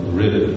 rid